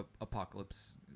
Apocalypse